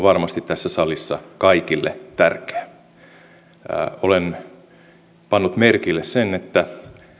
varmasti tässä salissa kaikille tärkeä olen pannut merkille sen että